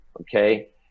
okay